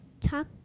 talk